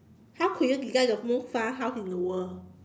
how could you design the most fun house in the world